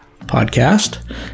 Podcast